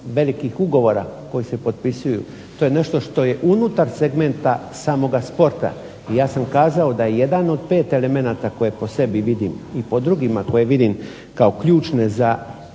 velikih ugovora koji se potpisuju. To je nešto što je unutar segmenta samoga sporta. I ja sam kazao da je jedan od 5 elemenata koje po sebi vidim i po drugima koje vidim kao ključne za